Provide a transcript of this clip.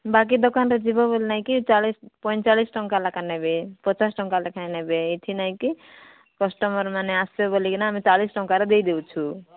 ବାକି ଦୋକାନରେ ଯିବ ବୋଲି ନାହିଁକି ଚାଳିଶି ପଇଁଚାଳିଶି ଟଙ୍କା ଲେଖାଏଁ ନେବେ ପଚାଶ ଟଙ୍କା ଲେଖାଏଁ ନେବେ ଏଠି ନାହିଁକି କଷ୍ଟମର୍ ମାନେ ଆସିବେ ବୋଲି କିନା ଚାଳିଶି ଟଙ୍କାରେ ଦେଇ ଦଉଛୁ